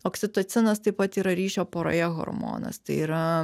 oksitocinas taip pat yra ryšio poroje hormonas tai yra